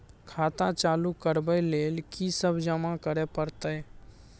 खाता चालू करबै लेल की सब जमा करै परतै?